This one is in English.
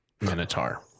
Minotaur